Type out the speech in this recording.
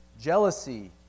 jealousy